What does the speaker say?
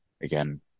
again